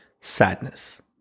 sadness